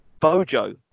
Bojo